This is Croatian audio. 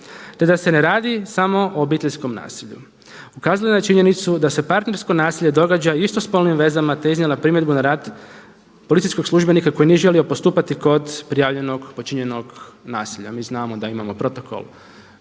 te da se ne radi samo o obiteljskom nasilju ukazala je na činjenicu da se partnersko nasilje događa istospolnim vezama te iznijela primjedbu na rad policijskog službenika koji nije želio postupati kod prijavljenog počinjenog nasilja. Mi znamo da imamo protokol